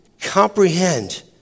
comprehend